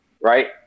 right